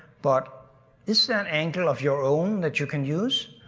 but is there an angle of your own that you can use?